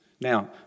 Now